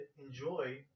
enjoy